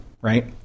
Right